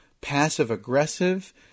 passive-aggressive